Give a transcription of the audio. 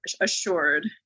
assured